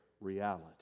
reality